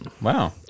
Wow